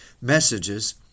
messages